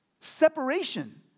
Separation